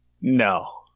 no